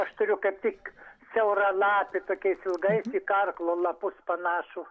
aš turiu kaip tik siauralapį tokiais ilgais į karklų lapus panašų